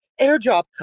airdrop